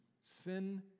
Sin